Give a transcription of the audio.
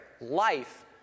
life